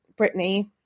Britney